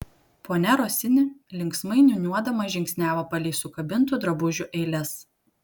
ponia rosini linksmai niūniuodama žingsniavo palei sukabintų drabužių eiles